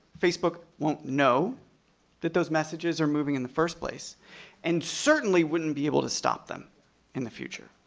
facebook won't know that those messages are moving in the first place and certainly wouldn't be able to stop them in the future.